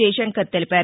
జయశంకర్ తెలిపారు